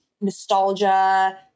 nostalgia